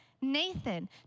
Nathan